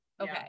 okay